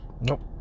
nope